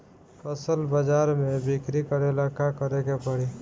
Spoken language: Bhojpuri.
फसल बाजार मे बिक्री करेला का करेके परी?